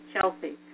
Chelsea